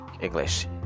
English